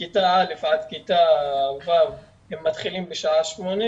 מכיתה א'-ו' מתחילים בשעה 8:00